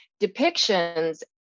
depictions